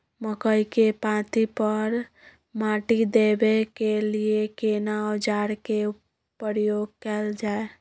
मकई के पाँति पर माटी देबै के लिए केना औजार के प्रयोग कैल जाय?